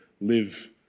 live